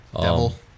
devil